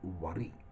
worry